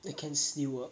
they can still work